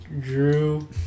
Drew